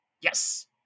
Yes